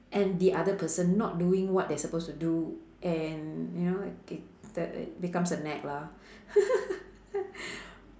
and the other person not doing what they are supposed to do and you know it becomes a nag lah